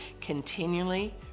continually